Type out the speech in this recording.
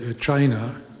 China